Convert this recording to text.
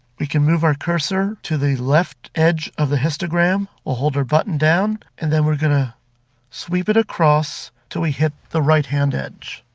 we can move our cursor to the left edge of the histogram. we'll hold our button down and then we're going to sweep it across until we hit the right-hand edge.